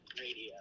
radio